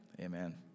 Amen